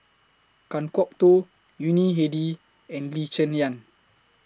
Kan Kwok Toh Yuni Hadi and Lee Cheng Yan